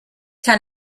kann